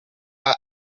her